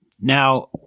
Now